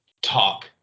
talk